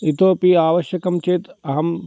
इतोऽपि आवश्यकं चेत् अहं